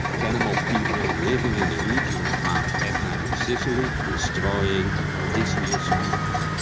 cannibal people living in the region of mount aetna in sicily, destroying odysseus' fleet.